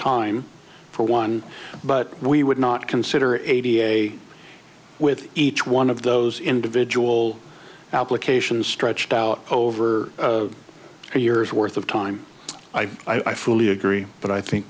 time for one but we would not consider eighty a with each one of those individual applications stretched out over a year's worth of time i fully agree but i think